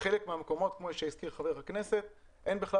בחלק מהמקומות, כמו שהזכיר חבר הכנסת, אין בכלל